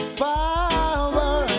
power